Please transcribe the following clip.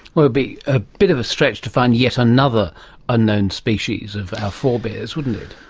would be a bit of a stretch to find yet another unknown species of our forebears, wouldn't it?